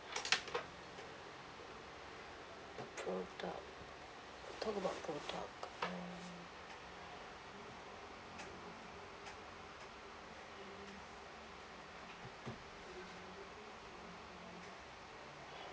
product talk about product